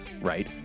Right